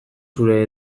zure